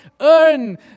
earn